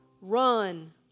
run